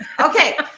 Okay